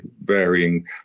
varying